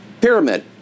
Pyramid